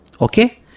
Okay